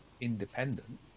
independent